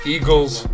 Eagles